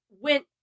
went